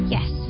Yes